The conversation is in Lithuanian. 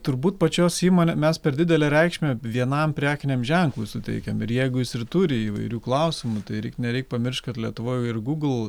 turbūt pačios įmonė mes per didelę reikšmę vienam prekiniam ženklui suteikiam ir jeigu jis ir turi įvairių klausimų tai rei nereik pamiršti kad lietuvoj ir gūgl